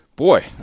Boy